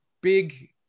big